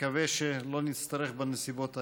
נקווה שלא נצטרך, בנסיבות האלה.